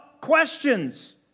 questions